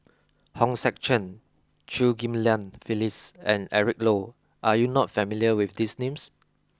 Hong Sek Chern Chew Ghim Lian Phyllis and Eric Low are you not familiar with these names